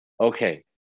okay